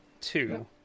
two